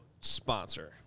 sponsor